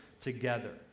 together